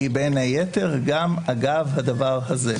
היא בין היתר גם אגב הדבר הזה.